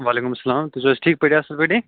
وعلیکُم سلام تُہۍ چھُو حظ ٹھیٖک پٲٹہۍ اَصٕل پٲٹھی